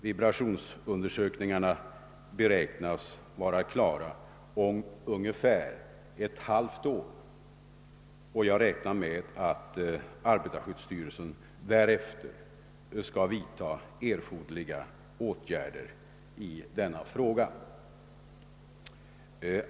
Vibrationsundersökningarna beräknas vara klara om ungefär ett halvt år, och jag räknar med att arbetarskyddsstyrelsen därefter skall vidta erforderliga åtgärder i denna fråga.